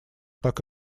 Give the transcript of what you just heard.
так